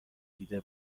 دیده